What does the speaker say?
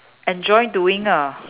enjoy doing ah